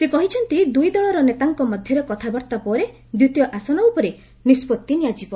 ସେ କହିଛନ୍ତି ଦୁଇ ଦଳର ନେତାଙ୍କ ମଧ୍ୟରେ କଥାବାର୍ଭା ପରେ ଦ୍ୱିତୀୟ ଆସନ ଉପରେ ନିଷ୍କଭି ନିଆଯିବ